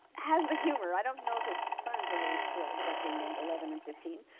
has the humor. i don't know if his sons were really thrilled about being named eleven and fifteen,